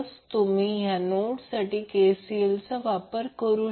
तर तुम्ही या नोड साठी KCL चा वापर करा